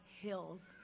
hills